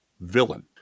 villain